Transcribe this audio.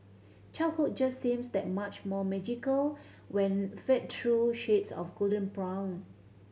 childhood just seems that much more magical when fed through shades of golden brown